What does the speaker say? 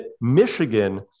Michigan